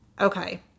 Okay